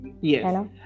Yes